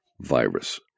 virus